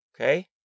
Okay